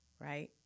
right